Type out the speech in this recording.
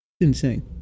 insane